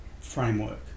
framework